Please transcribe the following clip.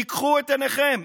פיקחו את עיניכם.